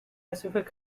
pacific